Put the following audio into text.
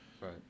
Right